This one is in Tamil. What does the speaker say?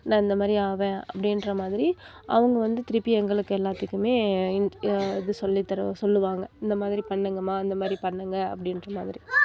நான் இந்தமாதிரி ஆவேன் அப்படின்ற மாதிரி அவங்க வந்து திருப்பியும் எங்களுக்கு எல்லாத்துக்குமே இது சொல்லித்தரவா சொல்லுவாங்க இந்தமாதிரி பண்ணுங்கம்மா இந்தமாதிரி பண்ணுங்கள் அப்படின்ற மாதிரி